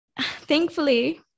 thankfully